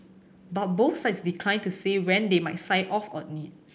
but both sides declined to say when they might sign off on it